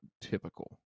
typical